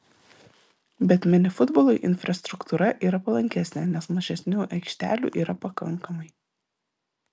bet mini futbolui infrastruktūra yra palankesnė nes mažesniu aikštelių yra pakankamai